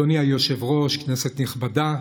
אדוני היושב-ראש, כנסת נכבדה,